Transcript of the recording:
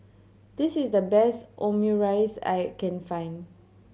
this is the best Omurice I can find